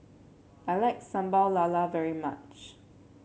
I like Sambal Lala very much